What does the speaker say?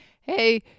hey